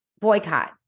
boycott